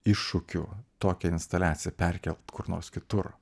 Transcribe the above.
iššūkių tokią instaliaciją perkelti kur nors kitur